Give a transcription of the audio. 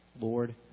Lord